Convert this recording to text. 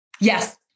Yes